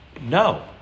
No